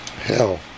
hell